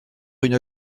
une